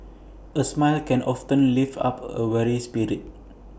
A smile can often lift up A weary spirit